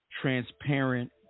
transparent